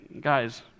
Guys